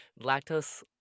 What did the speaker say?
Lactose